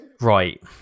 Right